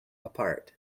apart